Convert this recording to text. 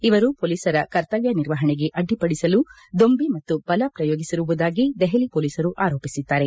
ಇವರು ಮೊಲೀಸರ ಕರ್ತವ್ಯ ನಿರ್ವಹಣೆಗೆ ಅಡ್ಡಿಪಡಿಸಲು ದೊಂಬಿ ಮತ್ತು ಬಲ ಪ್ರಯೋಗಿಸಿರುವುದಾಗಿ ದೆಹಲಿ ಮೊಲೀಸರು ಆರೋಪಿಸಿದ್ದಾರೆ